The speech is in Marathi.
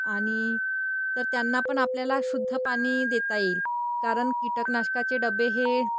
आणि तर त्यांना पण आपल्याला शुद्ध पाणी देता येईल कारण कीटकनाशकाचे डबे हे